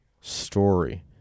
story